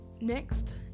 Next